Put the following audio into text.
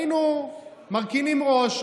היינו מרכינים ראש,